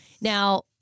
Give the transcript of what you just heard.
now